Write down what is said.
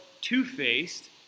two-faced